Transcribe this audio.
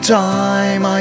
time